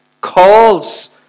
calls